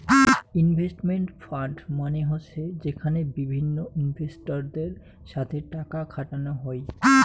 investment fund মানে হসে যেখানে বিভিন্ন ইনভেস্টরদের সাথে টাকা খাটানো হই